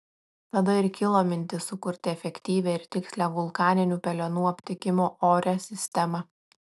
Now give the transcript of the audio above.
tada ir kilo mintis sukurti efektyvią ir tikslią vulkaninių pelenų aptikimo ore sistemą